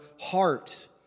heart